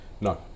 No